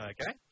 Okay